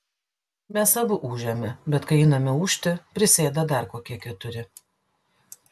mes abu ūžėme bet kai einame ūžti prisėda dar kokie keturi